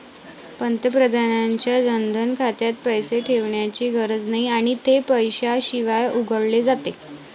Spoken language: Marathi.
पंतप्रधानांच्या जनधन खात्यात पैसे ठेवण्याची गरज नाही आणि ते पैशाशिवाय उघडले जाते